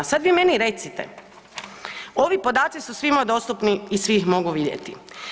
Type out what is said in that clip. Sad vi meni recite, ovi podaci su svima dostupni i svi ih mogu vidjeti.